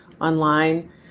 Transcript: online